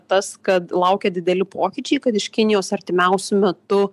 tas kad laukia dideli pokyčiai kad iš kinijos artimiausiu metu